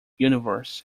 universe